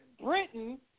Britain